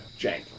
Jank